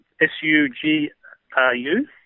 S-U-G-R-U